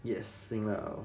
yes 赢了